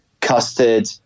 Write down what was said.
Custard